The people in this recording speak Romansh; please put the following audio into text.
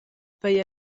pia